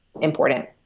important